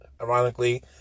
ironically